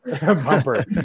bumper